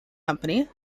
company